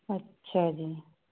ਅੱਛਾ ਜੀ